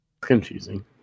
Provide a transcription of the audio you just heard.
Confusing